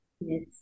yes